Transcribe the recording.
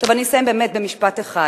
אני אסיים במשפט אחד.